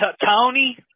Tony